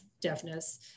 deafness